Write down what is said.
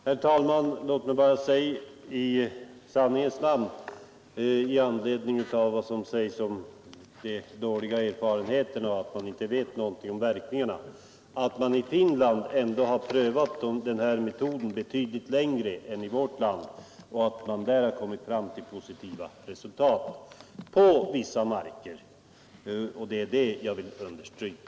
Herr talman! Låt mig i sanningens namn säga några ord med anledning av vad som yttrats om de dåliga erfarenheterna och att man inte vet någonting om verkningarna. I Finland är den här metoden ändå prövad betydligt längre än i vårt land. På vissa marker har där uppnåtts positiva resultat. Det är detta jag har velat understryka.